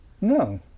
No